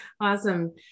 Awesome